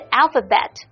alphabet